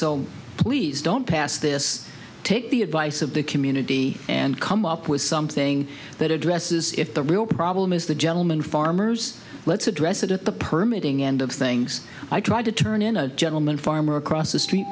so please don't pass this take the advice of the community and come up with something that addresses if the real problem is the gentleman farmers let's address it at the permeating end of things i tried to turn in a gentleman farmer across the street